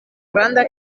granda